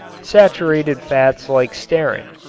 saturated fats like stearin.